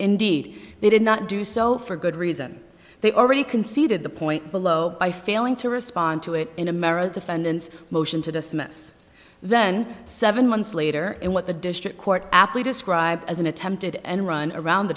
indeed they did not do so for good reason they already conceded the point below by failing to respond to it in a merit defendant's motion to dismiss then seven months later in what the district court aptly described as an attempted end run around the